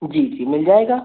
जी जी मिल जाएगा